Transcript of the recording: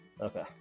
Okay